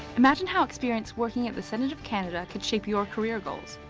imagine how experience working at the senate of canada could shape your career goals.